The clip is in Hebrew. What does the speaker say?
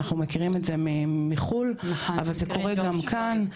אנחנו מכירים את זה מחו"ל, אבל זה קורה גם כאן.